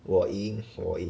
我赢我赢